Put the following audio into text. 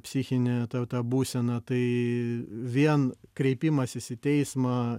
psichinį tą būseną tai vien kreipimasis į teismą